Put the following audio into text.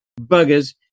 buggers